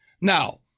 now